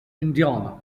indiana